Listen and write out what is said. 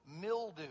Mildew